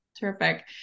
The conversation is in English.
Terrific